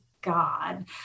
God